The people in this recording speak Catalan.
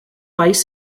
país